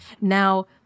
Now